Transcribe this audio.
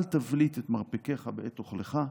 אל תבליט את מרפקיך בעת אוכלך,